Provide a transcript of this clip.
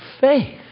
faith